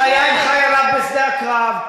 שהיה בשדה הקרב,